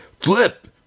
flip